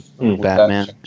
Batman